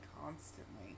constantly